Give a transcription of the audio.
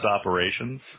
operations